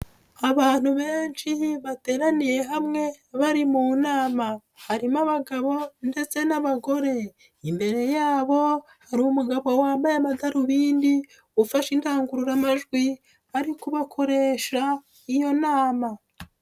Abantu benshi bateraniye hamwe, bari mu nama. Harimo abagabo ndetse n'abagore. Imbere yabo hari umugabo wambaye amadarubindi, ufashe indangururamajwi ari kubakoresha iyo nama.